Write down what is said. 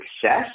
success